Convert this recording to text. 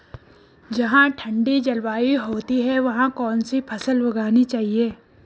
जहाँ ठंडी जलवायु होती है वहाँ कौन सी फसल उगानी चाहिये?